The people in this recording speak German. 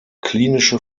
klinische